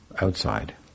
outside